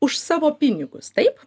už savo pinigus taip